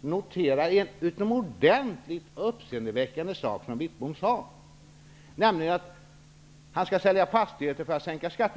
noterade någonting utomordentligt uppseendeväckande i det Bengt Wittbom sade, nämligen att han ville sälja statens fastigheter för att kunna sänka skatter.